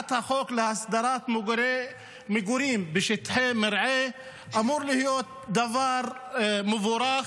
הצעת החוק להסדרת מגורים בשטחי מרעה אמורה להיות דבר מבורך,